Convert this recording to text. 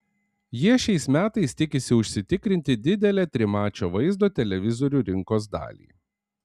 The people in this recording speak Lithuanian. jie šiais metais tikisi užsitikrinti didelę trimačio vaizdo televizorių rinkos dalį